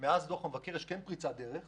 כן יש פריצת דרך